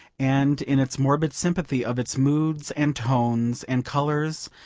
and in its morbid sympathy of its moods, and tones, and colours,